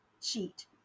sheet